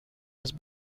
his